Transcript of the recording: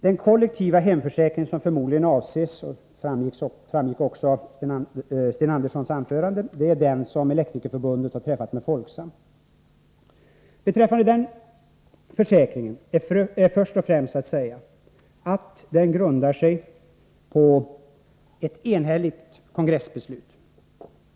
Den kollektiva hemförsäkring som förmodligen avses — det framgick av Sten Anderssons anförande — är den som Elektrikerförbundet har träffat med Folksam. Beträffande den försäkringen är först och främst att säga att den grundar sig på ett enhälligt kongressbeslut.